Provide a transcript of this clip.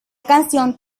canción